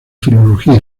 filología